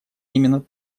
именно